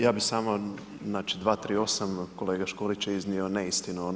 Ja bih samo znači 238. kolega Škorić je iznio neistinu.